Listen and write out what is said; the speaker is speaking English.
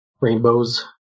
Rainbows